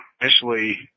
initially